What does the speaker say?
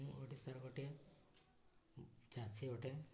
ମୁଁ ଓଡ଼ିଶାର ଗୋଟିଏ ଚାଷୀ ଅଟେ